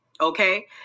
okay